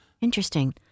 Interesting